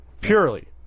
Purely